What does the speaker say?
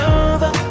over